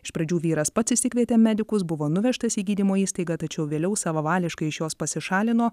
iš pradžių vyras pats išsikvietė medikus buvo nuvežtas į gydymo įstaigą tačiau vėliau savavališkai iš jos pasišalino